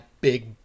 big